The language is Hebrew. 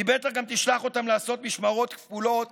היא בטח גם תשלח אותם לעשות משמרות כפולות